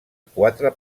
quatre